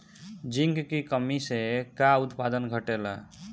Zinc की कमी से का उत्पादन घटेला?